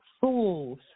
fools